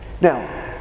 Now